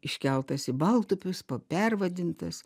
iškeltas į baltupius po pervadintas